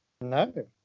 No